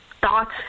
Thoughts